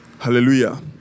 Hallelujah